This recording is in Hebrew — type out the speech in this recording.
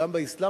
גם באסלאם,